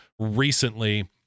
recently